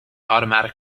automatic